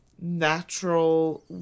natural